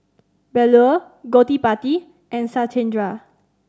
Bellur Gottipati and Satyendra